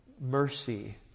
Mercy